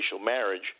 marriage